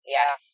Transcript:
Yes